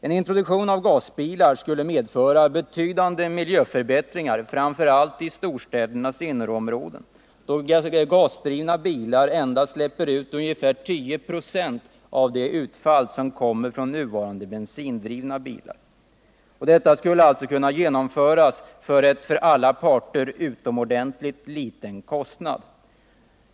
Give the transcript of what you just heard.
En introduktion av gasbilar skulle medföra betydande miljöförbättringar, framför allt i storstädernas innerområden, då gasdrivna bilar släpper ut endast ung”fär 10 96 av de föroreningar som kommer från nuvarande bensindrivna bilar. En sådan introduktion skulle kunna genomföras till en för alla parter utomordentligt liten kostnad.